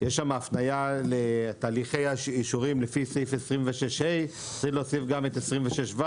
יש שם הפניה לתהליכי האישורים לפי סעיף 26ה. צריך להוסיף גם את 26ו,